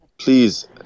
Please